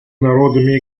народами